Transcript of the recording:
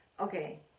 okay